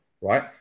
right